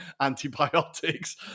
antibiotics